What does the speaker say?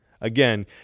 Again